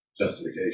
justification